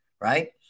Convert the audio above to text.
right